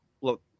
look